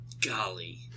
Golly